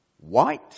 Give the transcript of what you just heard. white